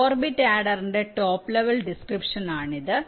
4 bit ആഡറിന്റെ top level description ആണിത്